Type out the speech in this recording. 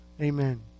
Amen